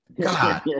God